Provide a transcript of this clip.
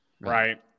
right